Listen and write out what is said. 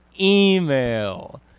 email